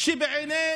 שבעיני